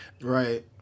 right